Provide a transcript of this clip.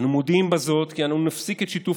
אנו מודיעים בזאת כי אנו נפסיק את שיתוף